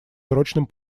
срочном